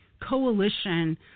coalition